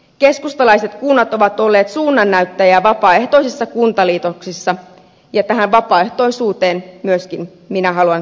keskustalaiset kunnat ovat olleet suunnannäyttäjiä vapaaehtoisissa kuntaliitoksissa ja tähän vapaaehtoisuuteen myöskin minä haluan tulevaisuudessa uskoa